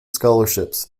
scholarships